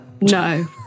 No